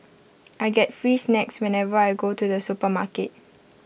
I get free snacks whenever I go to the supermarket